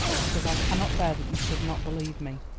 because i cannot bear that you should not believe me.